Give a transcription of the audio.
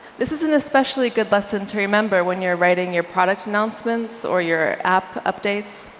this is an especially good lesson to remember when you're writing your product announcements or your app updates.